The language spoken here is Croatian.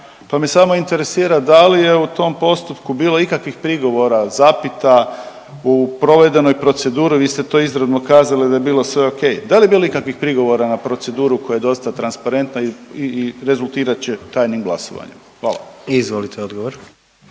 pa me samo interesira, da li je u tom postupku bilo ikakvih prigovora, zapita u provedenoj proceduri, vi ste to izravno kazali da je bilo sve okej. Da li je bilo ikakvih prigovora na proceduru koja je dosta transparentna i rezultirat će tajnim glasovanjem? Hvala. **Jandroković,